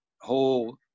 whole